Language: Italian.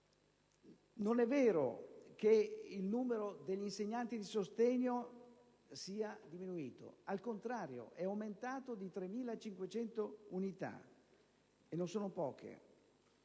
Non è vero che il numero degli insegnanti di sostegno sia diminuito: al contrario, è aumentato di 3.500 unità, e non sono poche.